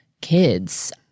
kids